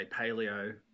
paleo